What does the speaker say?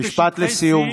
משפט לסיום,